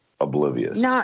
oblivious